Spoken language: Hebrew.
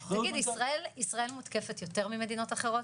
תגיד, ישראל מותקפת יותר ממדינות אחרות?